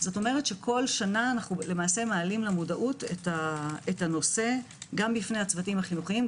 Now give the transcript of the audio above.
כלומר כל שנה אנו מעלים למודעות את הנושא גם לפני הצוותים החינוכיים,